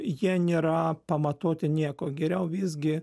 jie nėra pamatuoti niekuo geriau visgi